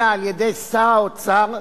אלא על-ידי שר האוצר,